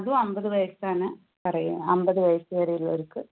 അതും അൻപത് വയസാണ് പറയാ അൻപത് വയസ് ഉള്ളവർക്ക്